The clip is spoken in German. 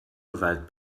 gewalt